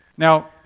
Now